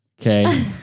Okay